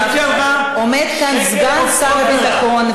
עומד כאן סגן שר הביטחון,